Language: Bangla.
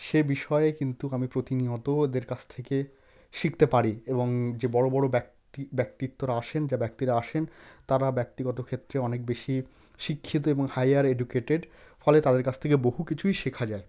সে বিষয়ে কিন্তু আমি প্রতিনিয়ত এদের কাছ থেকে শিখতে পারি এবং যে বড় বড় ব্যক্তি ব্যক্তিত্বরা আসেন যে ব্যক্তিরা আসেন তারা ব্যক্তিগত ক্ষেত্রে অনেক বেশি শিক্ষিত এবং হাইয়ার এডুকেটেড ফলে তাদের কাছ থেকে বহু কিছুই শেখা যায়